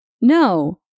No